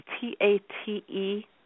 T-A-T-E